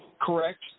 correct